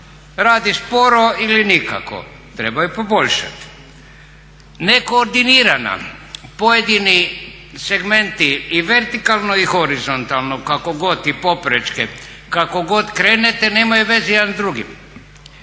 Radi sporo ili nikako. Treba je poboljšat. Nekoordinirana. Pojedini segmenti i vertikalno i horizontalno, kako god i poprečke, kako god krenete nemaju veze jedan s drugim.